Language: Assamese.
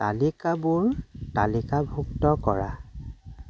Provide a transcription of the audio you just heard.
তালিকাবোৰ তালিকাভুক্ত কৰা